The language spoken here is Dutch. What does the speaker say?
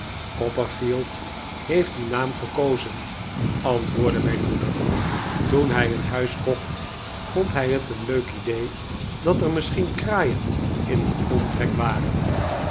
heeft dien naam gekozen antwoordde mijn moeder toen hij het huis kocht vond hij het een leuk idee dat er misschien kraaien in den omtrek waren